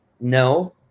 No